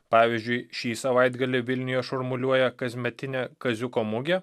pavyzdžiui šį savaitgalį vilniuje šurmuliuoja kasmetinė kaziuko mugė